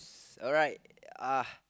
alright uh